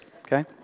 okay